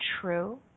true